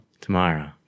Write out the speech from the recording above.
Tomorrow